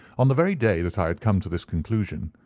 on the very day that i had come to this conclusion,